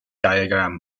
diagram